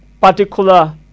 particular